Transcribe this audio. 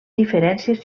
diferències